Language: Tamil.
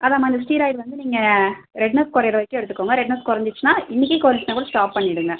அதாம்மா அந்த ஸ்டீராய்டு வந்து நீங்கள் ரெட்னஸ் குறையிற வரைக்கும் எடுத்துக்கோங்க ரெட்னஸ் குறஞ்சிடுச்சினா இன்றைக்கே குறஞ்சிட்டுனா கூட ஸ்டாப் பண்ணிடுங்கள்